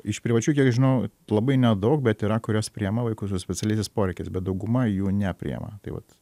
iš privačių kiek žinau labai nedaug bet yra kurios priima vaikus su specialiaisiais poreikiais bet dauguma jų nepriima tai vat